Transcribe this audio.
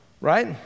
right